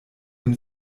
dem